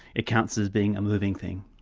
it counts as being a moving thing.